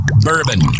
bourbon